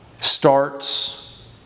starts